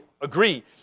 agree